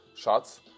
shots